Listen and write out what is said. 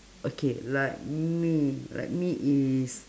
okay like me like me is